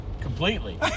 completely